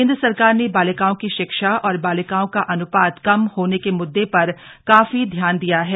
केन्द्र सरकार ने बालिकाओं की शिक्षा और बालिकाओं का अनुपात कम होने के मुद्दे पर काफी ध्यान दिया है